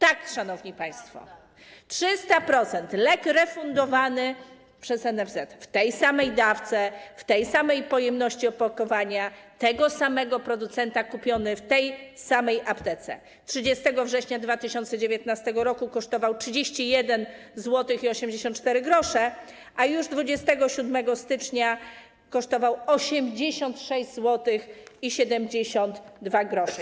Tak, szanowni państwo, 300%, lek refundowany przez NFZ w tej samej dawce, w tej samej pojemności opakowania, tego samego producenta, kupiony w tej samej aptece, 30 września 2019 r. kosztował 31,84 zł, a już 27 stycznia kosztował 86,72 zł.